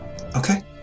Okay